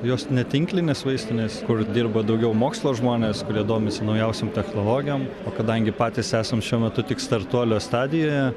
jos netinklinės vaistinės kur dirba daugiau mokslo žmonės kurie domisi naujausiom technologijom o kadangi patys esam šiuo metu tik startuolio stadijoje